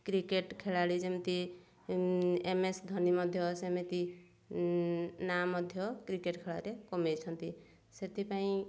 cricket ଖେଳାଳି ଯେମିତି MS Dhoni ମଧ୍ୟ ସେମିତି ନାଁ ମଧ୍ୟ କ୍ରିକେଟ ଖେଳରେ କମାଇଛନ୍ତି ସେଥିପାଇଁ